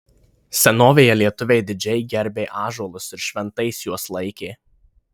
senovėje lietuviai didžiai gerbė ąžuolus ir šventais juos laikė